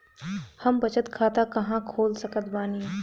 हम बचत खाता कहां खोल सकत बानी?